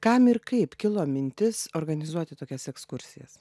kam ir kaip kilo mintis organizuoti tokias ekskursijas